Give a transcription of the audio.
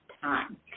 time